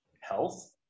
health